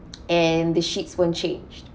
and the sheets won't change